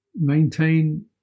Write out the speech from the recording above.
maintain